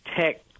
tech